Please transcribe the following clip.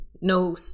no